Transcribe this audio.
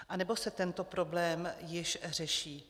Anebo se tento problém již řeší?